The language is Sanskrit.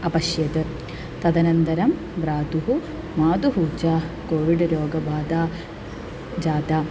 अपश्यत् तदनन्तरं भ्रातुः मातुः च कोविड् रोगबाधा जाता